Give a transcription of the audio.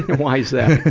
why is that?